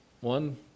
One